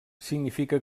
significa